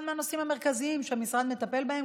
זה אחד הנושאים המרכזיים שהמשרד מטפל בהם.